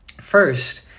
First